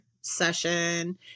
session